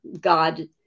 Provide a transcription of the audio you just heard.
God